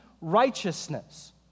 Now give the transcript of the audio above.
righteousness